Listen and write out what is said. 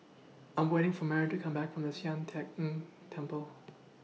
I'm waiting For Maren to Come Back from The Sian Teck Tng Temple